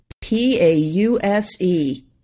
P-A-U-S-E